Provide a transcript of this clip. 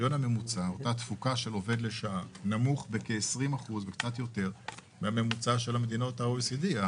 ממוצע של תפוקה של עובד לשעה נמוך בכ-20% מהממוצע של מדינות ה-OECD.